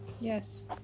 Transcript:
Yes